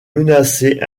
menacer